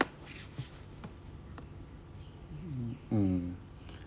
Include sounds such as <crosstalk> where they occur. <noise> mm <breath>